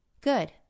Good